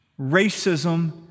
Racism